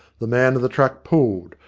the man of the truck pulled.